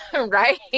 right